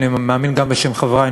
ואני מאמין שגם בשם חברי,